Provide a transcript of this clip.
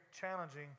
challenging